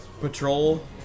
patrol